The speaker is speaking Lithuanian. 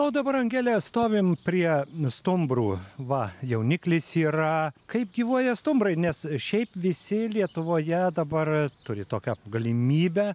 na o dabar angele stovim prie stumbrų va jauniklis yra kaip gyvuoja stumbrai nes šiaip visi lietuvoje dabar turi tokią galimybę